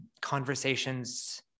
conversations